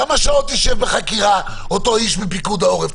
כמה שעות ישב בחקירה אותו איש מפיקוד העורף?